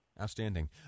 Outstanding